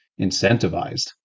incentivized